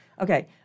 Okay